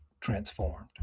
transformed